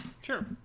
Sure